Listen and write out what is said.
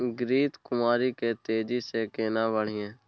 घृत कुमारी के तेजी से केना बढईये?